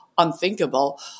unthinkable